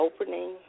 opening